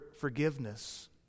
forgiveness